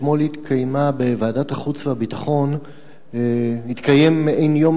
אתמול התקיים בוועדת החוץ והביטחון מעין יום